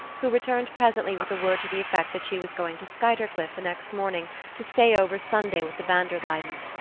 who returned presently with a word to the effect that she was going to skuytercliff the next morning to stay over sunday with the van der luydens,